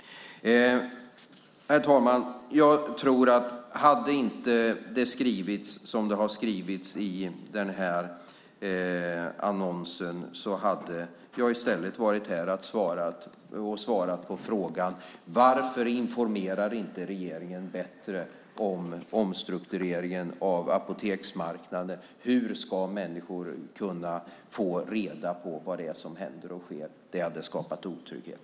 Herr talman! Hade det inte skrivits som det skrivits i den här annonsen tror jag att jag i stället hade varit här och svarat på frågan: Varför informerar inte regeringen bättre om omstruktureringen av apoteksmarknaden? Hur ska människor kunna få reda på vad det är som händer och sker? Det hade skapat otrygghet.